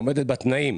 שעומדת בתנאים,